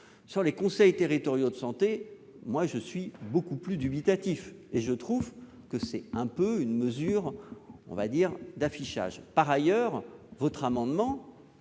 Sur les conseils territoriaux de santé, je suis beaucoup plus dubitatif. Je trouve que c'est un peu une mesure, disons, d'affichage. Par ailleurs, madame